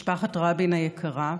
משפחת רבין היקרה,